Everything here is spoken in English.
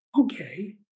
okay